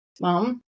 Mom